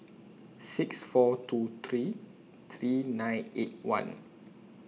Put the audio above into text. six four two three three nine eight one